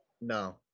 No